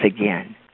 again